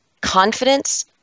confidence